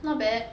not bad